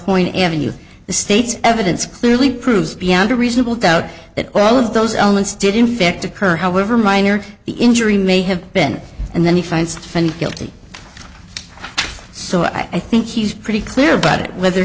southpoint ave the state's evidence clearly proves beyond a reasonable doubt that all of those elements did in fact occur however minor the injury may have been and then he finds guilty so i think he's pretty clear about it whether